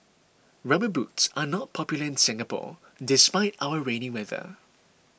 rubber boots are not popular in Singapore despite our rainy weather